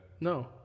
No